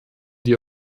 die